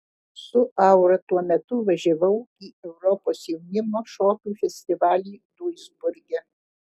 su aura tuo metu važiavau į europos jaunimo šokių festivalį duisburge